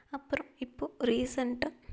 அப்பறோம் இப்போ ரீசன்டாக